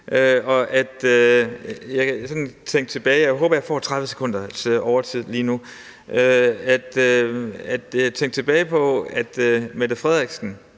jeg håber, at jeg får 30 sekunders overtid lige nu – på, at Mette Frederiksen